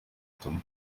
tom